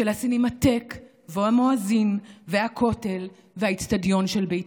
של הסינמטק והמואזין והכותל והאצטדיון של בית"ר.